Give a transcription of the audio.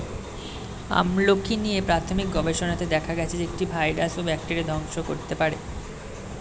আমলকী নিয়ে প্রাথমিক গবেষণাতে দেখা গেছে যে, এটি ভাইরাস ও ব্যাকটেরিয়া ধ্বংস করতে পারে